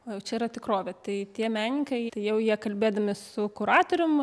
o jau čia yra tikrovė tai tie menininkai tai jau jie kalbėdami su kuratorium